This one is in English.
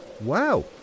Wow